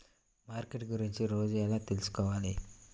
Market గురించి రోజు ఎలా తెలుసుకోవాలి?